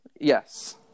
Yes